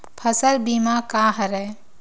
फसल बीमा का हरय?